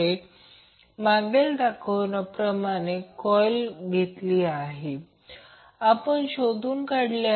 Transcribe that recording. तर येथे देखील हा Vg अँगल 0° आहे अँगल येथे दर्शवला जात नाही येथे पोलारीटी दर्शविली आहे